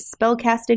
spellcasting